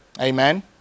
Amen